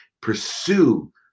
pursue